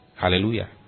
Hallelujah